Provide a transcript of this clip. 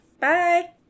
Bye